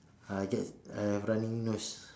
I get I have running nose